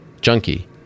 Junkie